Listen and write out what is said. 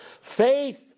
Faith